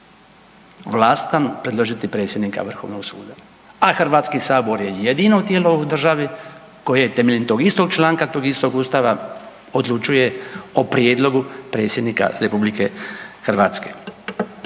vlastan predložiti predsjednika Vrhovnog suda a Hrvatski sabor je jedino tijelo u državi koje temeljem tog istog članka tog istog Ustava, odlučuje o prijedlogu Predsjednika RH. Mi u HDZ-u,